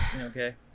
okay